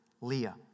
Leah